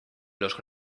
los